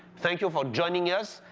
thank you for joining us,